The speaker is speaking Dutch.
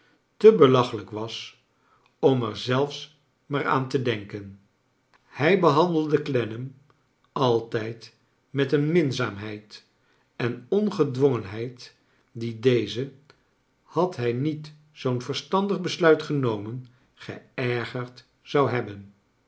te belachelijk was om er zelfs maar aan te clenken hij behandelde clennam altijd met een minzaamheid en ongedwongenheid die dezen had hij niet zoon verstandig besluit genomen geergerd zoudeh hebben